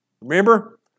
Remember